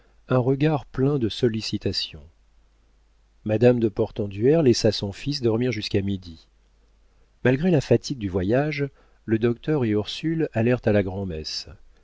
un regard plein de sollicitations madame de portenduère laissa son fils dormir jusqu'à midi malgré la fatigue du voyage le docteur et ursule allèrent à la grand'messe